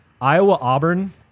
Iowa-Auburn